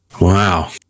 wow